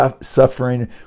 suffering